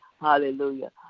Hallelujah